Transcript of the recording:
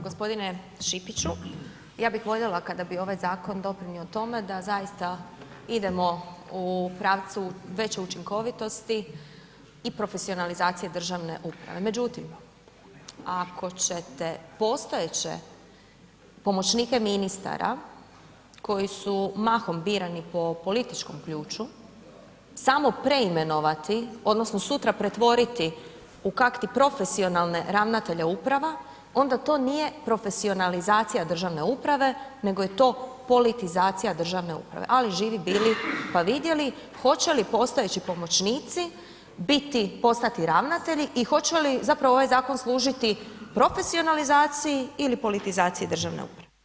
G. Šipiću, ja bi voljela kada bi ovaj zakon doprinio tome da zaista idemo u pravcu veće učinkovitosti i profesionalizaciji državne uprave međutim ako ćete postojeće pomoćnike ministara koji su mahom birani po političkom ključu samo preimenovati odnosno sutra pretvoriti u kak'ti profesionalne ravnatelje uprava, onda to nije profesionalizacija državne uprave nego je to politizacija državne uprave ali živi bili pa vidjeli hoće li postojeći pomoćnici biti postati ravnatelji i hoće li zapravo ovaj zakon služiti profesionalizaciji ili politizaciji državne uprave.